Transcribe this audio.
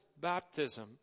baptism